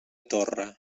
torre